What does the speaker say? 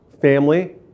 family